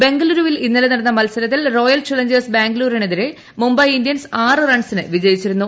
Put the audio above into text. ബംഗളൂരുവിൽ ഇന്നലെ നടന്ന മത്സരത്തിൽ റോയൽ ചലഞ്ചേഴ്സ് ബാംഗ്ലൂരിനെതിരെ മുംബൈ ഇന്ത്യൻസ് റൺസിന് വിജയിച്ചിരുന്നു